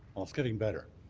ah it's getting better.